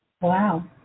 Wow